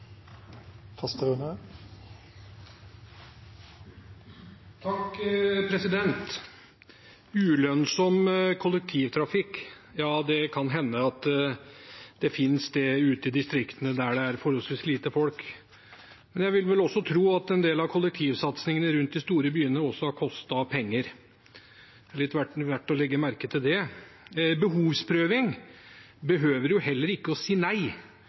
Ulønnsom kollektivtrafikk? Ja, det kan hende at det finnes ute i distriktene der det er forholdsvis lite folk. Men jeg vil tro at en del av kollektivsatsingen rundt de store byene også har kostet penger. Det er verdt å legge merke til. Behovsprøving behøver jo heller ikke å si nei.